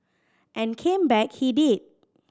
and came back he did